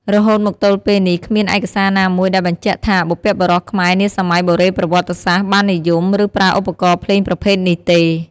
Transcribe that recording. រហូតមកទល់ពេលនេះ គ្មានឯកសារណាមួយដែលបញ្ជាក់ថា បុព្វបុរសខ្មែរនាសម័យបុរេប្រវត្តិសាស្ត្របាននិយម ឬប្រើឧបករណ៍ភ្លេងប្រភេទនេះទេ។